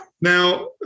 now